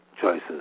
choices